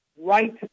right